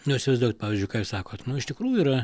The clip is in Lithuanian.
nu įsivaizduokit pavyzdžiui ką jūs sakot nu iš tikrųjų yra